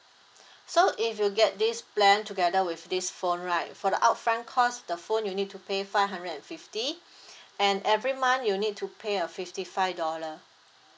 so if you get this plan together with this phone right for the upfront cost the phone you need to pay five hundred and fifty and every month you need to pay a fifty five dollar